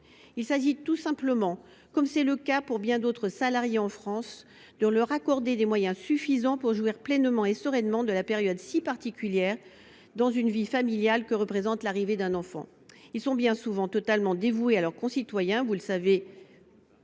Il s’agit tout simplement, comme c’est le cas pour bien d’autres salariés en France, de leur accorder des moyens suffisants pour jouir pleinement et sereinement de la période si particulière dans une vie familiale que représente l’arrivée d’un enfant. Ils sont bien souvent totalement dévoués à leurs concitoyens, vous ne le savez